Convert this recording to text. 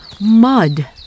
Mud